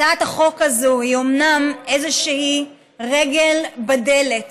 הצעת החוק הזאת היא אומנם איזושהי רגל בדלת